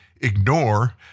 ignore